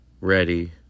ready